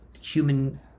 human